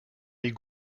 est